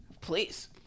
please